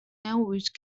norwich